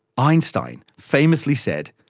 einstein famously said,